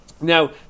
now